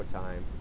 time